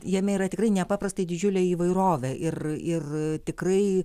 jame yra tikrai nepaprastai didžiulė įvairovė ir ir tikrai